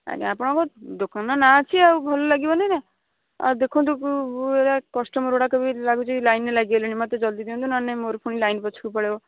ଆଜ୍ଞା ଆପଣଙ୍କ ଦୋକାନର ନାଁ ଅଛି ଆଉ ଭଲ ଲାଗିବନିନା ଆଉ ଦେଖନ୍ତୁ ଭଳିଆ କଷ୍ଟମର୍ଗୁଡ଼ାକ ବି ଲାଗୁଛି ଲାଇନ୍ରେ ଲାଗିଗଲେଣି ମୋତେ ଜଲଦି ଦିଅନ୍ତୁ ନହେଲେ ନାହିଁ ମୋର ପୁଣି ଲାଇନ୍ ପଛକୁ ପଳାଇବ